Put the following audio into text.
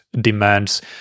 demands